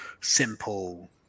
simple